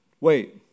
wait